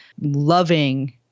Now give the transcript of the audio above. loving